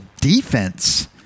defense